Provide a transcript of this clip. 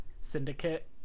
Syndicate